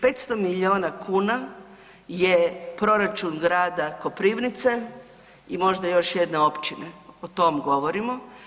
500 miliona kuna je proračun grada Koprivnice i možda još jedne općine, o tom govorimo.